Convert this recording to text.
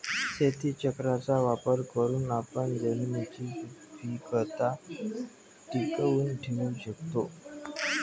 शेतीचक्राचा वापर करून आपण जमिनीची सुपीकता टिकवून ठेवू शकतो